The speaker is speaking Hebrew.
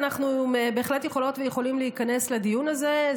אנחנו בהחלט יכולות ויכולים להיכנס לדיון הזה.